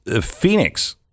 Phoenix